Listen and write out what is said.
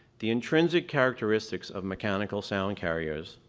the intrinsic characteristics of mechanical sound carriers,